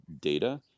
data